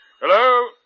Hello